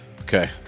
okay